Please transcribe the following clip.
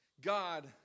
God